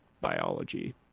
biology